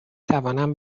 توانم